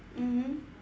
mmhmm